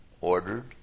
ordered